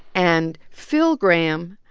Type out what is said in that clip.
and phil gramm,